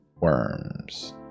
worms